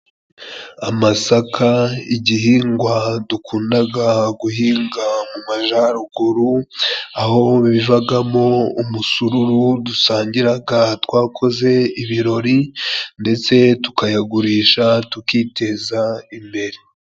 Amasaka igihingwa dukundaga guhinga mu majyaruguru, aho bivagamo umusururu dusangira twakoze ibirori ndetse tukayagurisha tukiteza imbere.